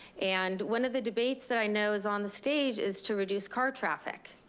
and one of the debates that i know is on the stage is to reduce car traffic.